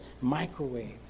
microwaves